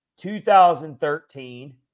2013